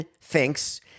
thinks